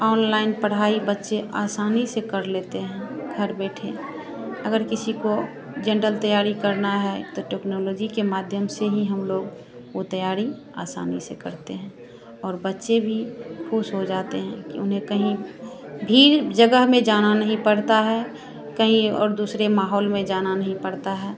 online पढ़ाई बच्चे आसानी से कर लेते हैं घर बैठे अगर किसी को जनरल तैयारी करना है तो टेक्नोलॉजी के माध्यम से ही हम लोग वह तैयारी आसानी से करते हैं और बच्चे भी ख़ुश हो जाते हैं कि उन्हें कहीं भीड़ जगह में जाना नहीं पड़ता है कहीं और दूसरे माहौल में जाना नहीं पड़ता है